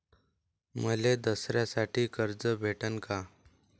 मले दसऱ्यासाठी कर्ज भेटन का?